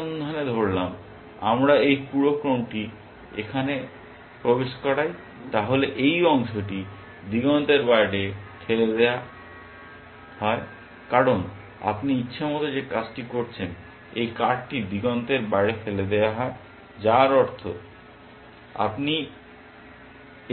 অনুসন্ধানে ধরলাম আমরা এই পুরো ক্রমটি এখানে প্রবেশ করাই তাহলে এই অংশটি দিগন্তের বাইরে ঠেলে দেওয়া হয় কারণ আপনি ইচ্ছামত যে কাজটি করছেন এই কার্টটি দিগন্তের বাইরে ঠেলে দেওয়া যায় যার অর্থ হল